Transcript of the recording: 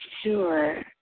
Sure